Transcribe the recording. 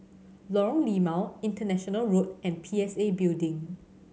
Lorong Limau International Road and P S A Building